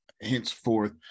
henceforth